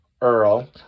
Earl